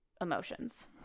emotions